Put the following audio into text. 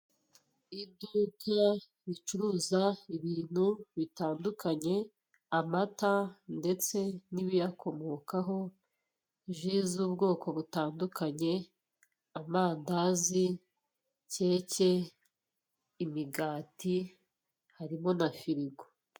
Iduka ricuruza ibintu bitandukanye amata ndetse n'ibiyakomokaho, ji z'ubwoko butandukanye, amandazi, keke, imigati, harimo na furigo.